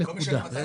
נקודה.